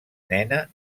nena